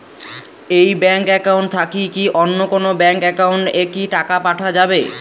এই bank account থাকি কি অন্য কোনো ব্যাংক একাউন্ট এ কি টাকা পাঠা যাবে?